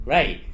Right